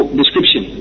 description